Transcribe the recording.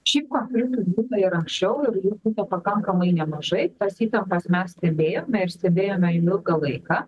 šiaip konfliktų būna ir anksčiau ir jų būna pakankamai nemažai tas įtampas mes stebėjome ir stebėjome ilgą laiką